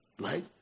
right